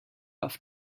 auf